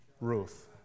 Ruth